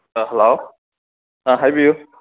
hello ꯑꯥ ꯍꯥꯏꯕꯤꯌꯨ